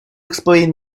explain